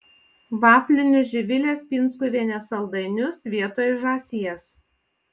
vaflinius živilės pinskuvienės saldainius vietoj žąsies